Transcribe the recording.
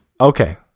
okay